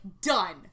done